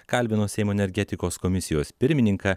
kalbino seimo energetikos komisijos pirmininką